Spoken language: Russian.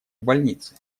больницы